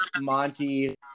Monty